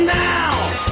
now